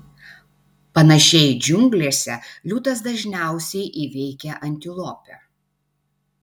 panašiai džiunglėse liūtas dažniausiai įveikia antilopę